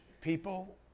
people